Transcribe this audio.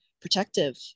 protective